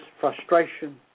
frustration